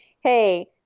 hey